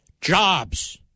Jobs